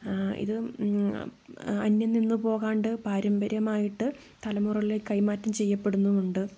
ഇത് അന്യം നിന്ന് പോകാണ്ട് പാരമ്പര്യമായിട്ട് തലമുറകളിലേക്ക് കൈമാറ്റം ചെയ്യപ്പെടുന്നുമുണ്ട്